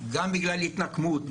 גם בגלל התנקמות,